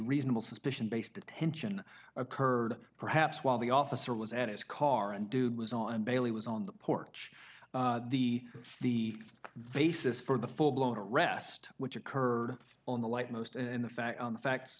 reasonable suspicion based detention occurred perhaps while the officer was at his car and dude was on bailey was on the porch the the they says for the full blown arrest which occurred on the light most and the fact on the facts